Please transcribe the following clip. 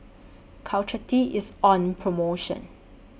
Caltrate IS on promotion